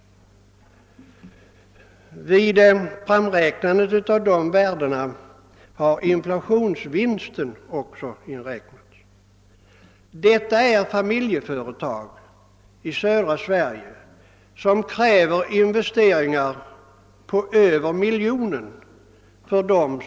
Vid framräknandet av dessa värden har inflationsvinsten också inräknats. Av dem som vill skaffa sådana familjeföretag i södra Sverige krävs investeringar på över miljonen.